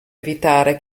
evitare